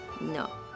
No